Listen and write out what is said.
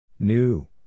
new